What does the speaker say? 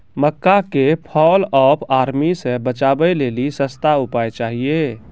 मक्का के fall of army से बचाबै लेली सस्ता उपाय चाहिए?